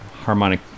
harmonic